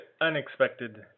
unexpected